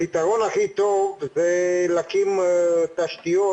הפתרון הכי טוב זה להקים תשתיות